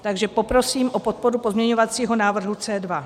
Takže poprosím o podporu pozměňovacího návrhu C2.